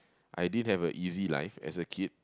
I did have a easy life as a kid